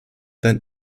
than